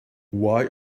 why